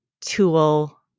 tool